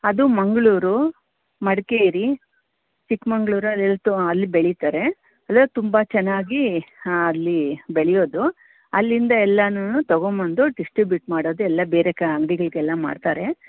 ಅದು ಮಂಗಳೂರು ಮಡಿಕೇರಿ ಚಿಕ್ಕಮಗ್ಳೂರು ಅಲ್ಲಿ ಬೆಳಿತಾರೆ ತುಂಬ ಚೆನ್ನಾಗಿ ಹಾಂ ಅಲ್ಲಿ ಬೆಳೆಯೋದು ಅಲ್ಲಿಂದ ಎಲ್ಲನೂ ತಗೊಂಡ್ಬಂದು ಡಿಸ್ಟ್ರಿಬ್ಯೂಟ್ ಮಾಡೋದು ಎಲ್ಲ ಬೇರೆ ಕ ಅಂಗಡಿಗಳಿಗೆಲ್ಲ ಮಾರ್ತಾರೆ